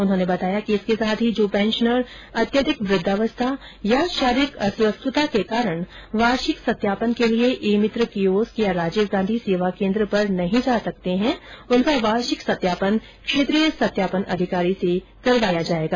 उन्होने बताया कि इसके साथ ही जो पेंशनर अत्यधिक वृद्दावस्था या शारीरिक अस्वस्थता के कारण वार्षिक सत्यापन के लिये ई मित्र कियोस्क या राजीव गांधी र्सवा केन्द्र पर जाने में असमर्थ है उनका वार्षिक सत्यापन क्षेत्रीय सत्यापन अधिकारी से करवाया जायेगा